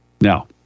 Now